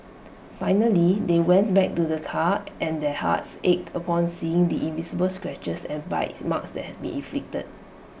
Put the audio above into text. finally they went back to the car and their hearts ached upon seeing the invisible scratches and bites marks that had been inflicted